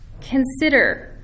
consider